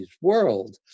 world